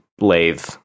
lathe